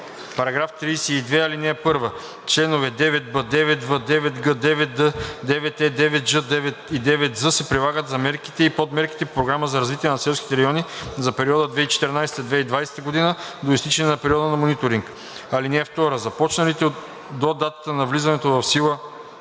става § 32: „§ 32. (1) Членове 9б, 9в, 9г, 9д, 9е, 9ж и 9з се прилагат за мерките и подмерките от Програмата за развитие на селските райони за периода 2014 – 2020 г. до изтичане на периода на мониторинг. (2) Започналите до датата на влизането в сила